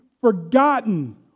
forgotten